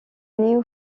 néo